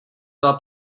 byla